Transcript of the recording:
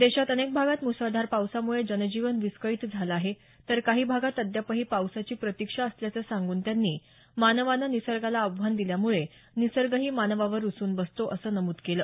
देशात अनेक भागात मुसळधार पावसामुळे जनजीवन विस्कळीत झालं आहे तर काही भागात अद्यापही पावसाची प्रतिक्षा असल्याचं सांगून त्यांनी मानवानं निसर्गाला आव्हान दिल्यामुळे निसर्गही मानवावर रुसून बसतो असं नमूद केलं